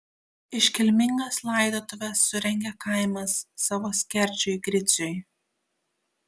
iškilmingas laidotuves surengė kaimas savo skerdžiui griciui